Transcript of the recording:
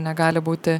negali būti